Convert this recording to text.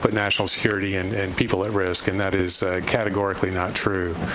but national security and and people at risk, and that is categorically not true.